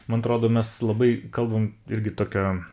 man atrodo mes labai kalbam irgi tokia